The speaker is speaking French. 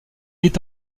est